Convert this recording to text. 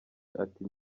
ati